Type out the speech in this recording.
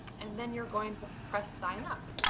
and then you're going to press sign up.